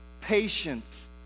patience